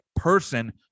person